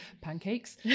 pancakes